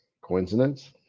coincidence